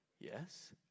Yes